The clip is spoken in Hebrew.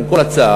עם כל הצער,